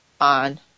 on